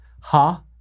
ha